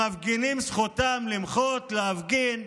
המפגינים, זכותם למחות, להפגין,